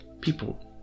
people